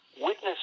witness